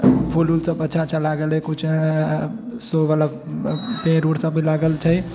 फूल वूलसब अच्छा अच्छा लागल हइ किछु शोवला पेड़ उड़सब भी लागल छै